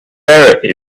better